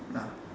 ya